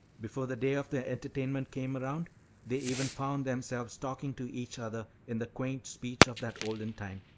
before the day of the entertainment came around they even found themselves talking to each other in the quaint speech of that olden time.